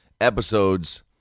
episodes